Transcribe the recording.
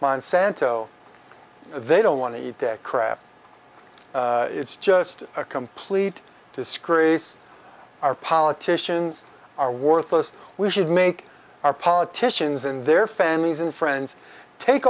monsanto they don't want to eat to crap it's just a complete disgrace our politicians are worthless we should make our politicians and their families and friends take